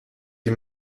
die